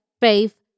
faith